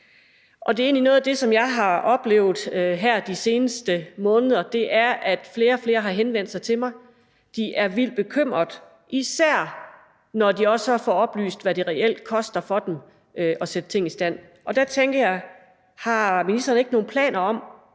alt for høj. Noget af det, jeg har oplevet de seneste måneder, er, at flere og flere har henvendt sig til mig. De er vildt bekymrede, især når de også får oplyst, hvad det reelt koster for dem at sætte ting i stand. Der tænker jeg: Har ministeren ikke nogen planer om